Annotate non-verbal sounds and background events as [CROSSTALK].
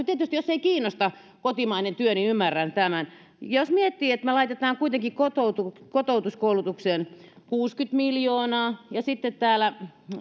[UNINTELLIGIBLE] tietysti jos ei kiinnosta kotimainen työ ymmärrän tämän jos miettii että me laitamme kuitenkin kotoutuskoulutukseen kuusikymmentä miljoonaa ja täällä